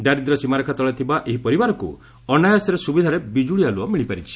ଦାରିଦ୍ର୍ୟ ସୀମାରେଖା ତଳେ ଥିବା ଏହି ପରିବାରକୁ ଅନାୟାସରେ ସୁବିଧାରେ ବିଜୁଳି ଆଲୁଅ ମିଳିପାରିଛି